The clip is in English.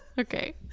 Okay